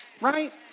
right